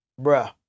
Bruh